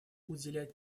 уделять